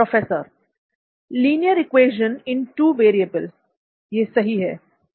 professor linear equation in two variable यह सही है बिल्कुल सही है